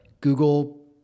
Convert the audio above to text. Google